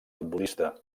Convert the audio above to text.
futbolista